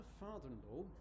father-in-law